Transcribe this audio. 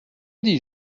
dis